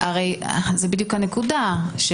בדיוק הנקודה.